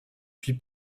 puis